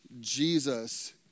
Jesus